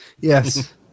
Yes